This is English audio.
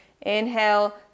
Inhale